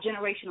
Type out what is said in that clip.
generational